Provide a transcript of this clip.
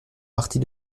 partie